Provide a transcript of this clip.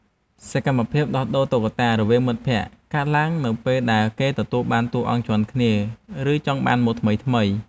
សកម្មភាពដោះដូរតុក្កតារវាងមិត្តភក្តិ កើតឡើងនៅពេលដែលគេទទួលបានតួអង្គជាន់គ្នា ឬចង់បានម៉ូដថ្មីៗ។